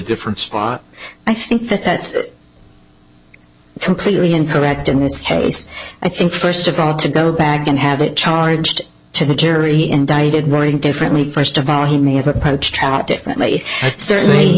different spot i think that that's completely incorrect in this case i think first of all to go back and have it charged to the jury indicted knowing differently first of all he may have approached out differently certainly